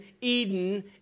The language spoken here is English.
Eden